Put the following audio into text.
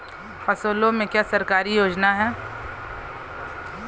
फसलों पे क्या सरकारी योजना है?